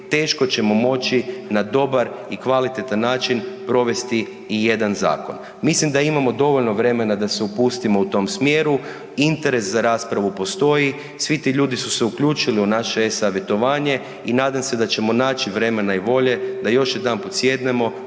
teško ćemo moći na dobar i kvalitetan način provesti ijedan zakon. Mislim da imamo dovoljno vremena da se upustimo u tom smjeru, interes za raspravu postoji, svi ti ljudi su se uključili u naše e-savjetovanje i nadam se da ćemo naći vremena i volje da još jedanput sjednemo,